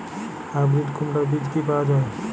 Hybrid কুমড়ার বীজ কি পাওয়া য়ায়?